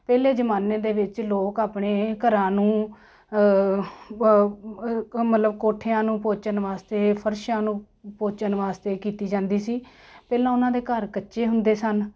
ਪਹਿਲੇ ਜਮਾਨੇ ਦੇ ਵਿੱਚ ਲੋਕ ਆਪਣੇ ਘਰਾਂ ਨੂੰ ਮਤਲਬ ਕੋਠਿਆਂ ਨੂੰ ਪੋਚਣ ਵਾਸਤੇ ਫਰਸ਼ਾਂ ਨੂੰ ਪੋਚਣ ਵਾਸਤੇ ਕੀਤੀ ਜਾਂਦੀ ਸੀ ਪਹਿਲਾਂ ਉਹਨਾਂ ਦੇ ਘਰ ਕੱਚੇ ਹੁੰਦੇ ਸਨ